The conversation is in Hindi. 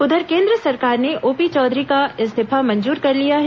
उधर केंद्र सरकार ने ओपी चौधरी का इस्तीफा मंजूर कर लिया है